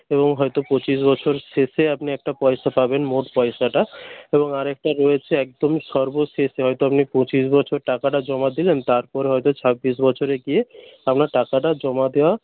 এবং হয়ত পঁচিশ বছর শেষে আপনি একটা পয়সা পাবেন মোট পয়সাটা এবং আর একটা রয়েছে একদমই সর্বশেষে হয়ত আপনি পঁচিশ বছর টাকাটা জমা দিলেন তারপর হয়ত ছাব্বিশ বছরে গিয়ে আপনার টাকাটা জমা দেওয়া